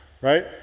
right